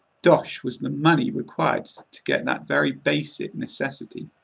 dosh was the money required to get that very basic necessity.